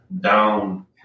down